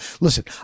Listen